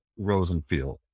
rosenfield